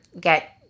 get